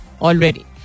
already